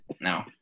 No